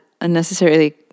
unnecessarily